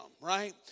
right